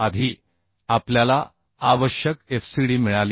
आधी आपल्याला आवश्यक fcd मिळाली